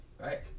right